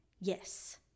yes